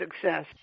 success